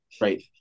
Right